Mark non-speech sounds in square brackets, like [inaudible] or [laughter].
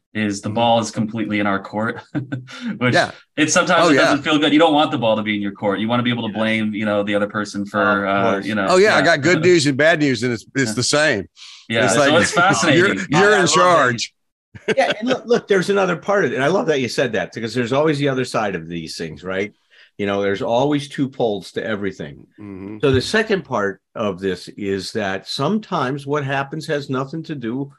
is the Mhm. ball is completely in our court, [laughs] which Yeah. it's sometimes Oh, it doesn't yeah. feel good. You don't want the ball to be in your court. You want to be able to Yes. blame, you know, the other person for, Of uh, course. you know- Oh, yeah, I Yeah. got good Uh, news and bad news, and it's- it's yeah. the same. Yeah, It's so like, it's [laughs] fascinating. you're- Oh, yeah, you're in I love that you- charge. Yeah, and look- [laughs] look, there's another part of it, and I love that you said that, because there's always the other side of these things, right? You know, there's always two poles to everything. Mhm. So the second part of this is that sometimes what happens has nothing to do